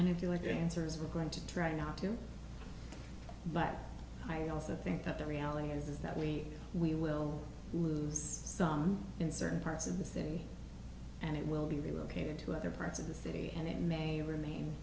and if you are going sers we're going to try not to but i also think that the reality is that we we will lose son in certain parts of the city and it will be relocated to other parts of the city and it may remain